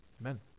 Amen